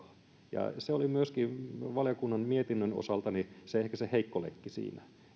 jakaa se oli myöskin valiokunnan mietinnön osalta ehkä se heikko lenkki siinä